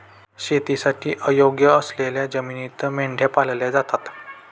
शेतीसाठी अयोग्य असलेल्या जमिनीत मेंढ्या पाळल्या जातात